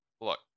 Look